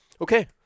Okay